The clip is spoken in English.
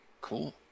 cool